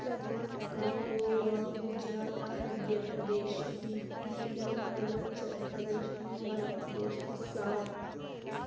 ಕರ್ನಾಟಕ ಗೋವಾ ಗುಜರಾತ್ ಮಧ್ಯ ಪ್ರದೇಶ್ ಬಿ ಬೀದರ್ ಅರುಣಾಚಲ್ ಪ್ರದೇಶ್ ಆಂಧ್ರ ಪ್ರದೇಶ್ ಅಸ್ಸಾಂ